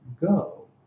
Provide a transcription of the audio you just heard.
go